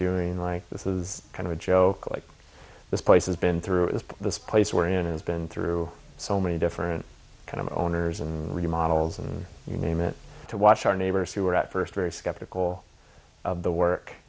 doing like this is kind of a joke like this place has been through this place we're in has been through so many different kind of owners and remodels and you name it to watch our neighbors who were at first very skeptical of the work